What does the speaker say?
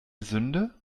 sünde